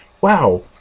wow